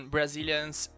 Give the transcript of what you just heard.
Brazilians